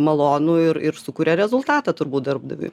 malonų ir ir sukuria rezultatą turbūt darbdaviui